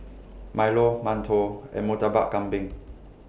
Milo mantou and Murtabak Kambing